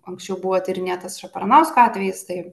anksčiau buvo tyrinėtas šapranausko atvejis tai